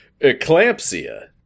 Eclampsia